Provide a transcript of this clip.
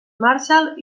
marshall